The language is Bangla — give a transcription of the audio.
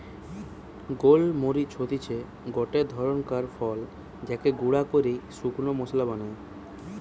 গোল মরিচ হতিছে গটে ধরণকার ফল যাকে গুঁড়া কইরে শুকনা মশলা বানায়